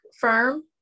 firm